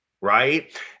right